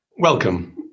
Welcome